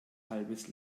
halbes